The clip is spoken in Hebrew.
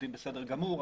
עובדים בסדר גמור.